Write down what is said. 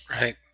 Right